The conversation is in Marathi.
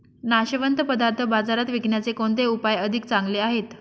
नाशवंत पदार्थ बाजारात विकण्याचे कोणते उपाय अधिक चांगले आहेत?